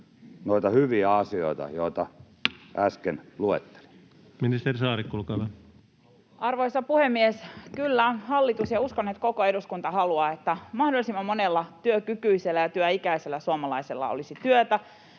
noita hyviä asioita, joita äsken luettelin? [Keskeltä: Halutaan!] Ministeri Saarikko, olkaa hyvä. Arvoisa puhemies! Kyllä, hallitus — ja uskon, että koko eduskunta — haluaa, että mahdollisimman monella työkykyisellä ja työikäisellä suomalaisella olisi työtä,